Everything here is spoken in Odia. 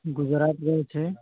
ଗୁଜୁରଟରେ ଅଛି